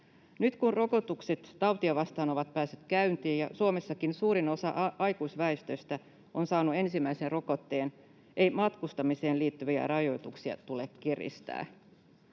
Nyt kun rokotukset tautia vastaan ovat päässeet käyntiin ja Suomessakin suurin osa aikuisväestöstä on saanut ensimmäisen rokotteen, ei matkustamiseen liittyviä rajoituksia tule kiristää.